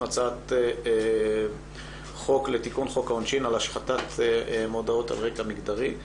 הצעת חוק לתיקון חוק העונשין על השחתת מודעות על רקע מגדרי.